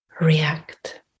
react